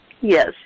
yes